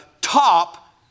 top